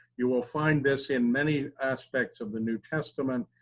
you will find this in many aspects of the new testament,